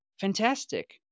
fantastic